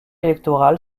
électoral